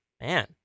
Man